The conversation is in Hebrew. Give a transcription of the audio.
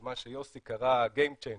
מה שיוסי קרא game changer,